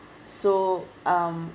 so um